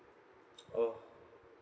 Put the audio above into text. oh